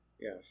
Yes